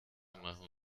machen